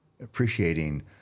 appreciating